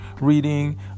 reading